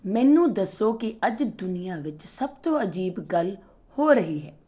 ਮੈਨੂੰ ਦੱਸੋ ਕਿ ਅੱਜ ਦੁਨੀਆ ਵਿੱਚ ਸਭ ਤੋਂ ਅਜੀਬ ਗੱਲ ਹੋ ਰਹੀ ਹੈ